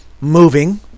moving